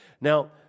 Now